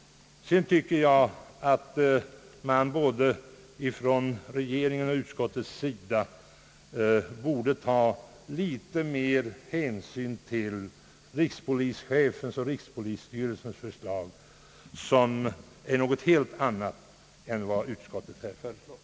Vidare tycker jag att man från både regeringens och utskottets sida borde ta litet mer hänsyn till rikspolischefens och rikspolisstyrelsens förslag, som är något helt annat än vad utskottet här föreslår.